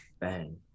Bang